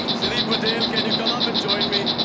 siddhi patel, can you come up and join me?